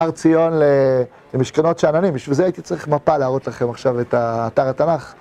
הר ציון למשכנות שאננים, בשביל זה הייתי צריך מפה להראות לכם עכשיו את אתר התנ״ך.